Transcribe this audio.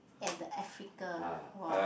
and the Africa ah whoa